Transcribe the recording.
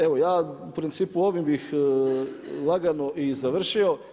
Evo ja u principu ovim bih lagano i završio.